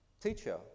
Teacher